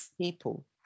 people